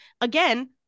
again